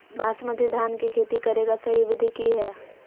बासमती धान के खेती करेगा सही विधि की हय?